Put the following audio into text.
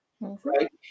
Right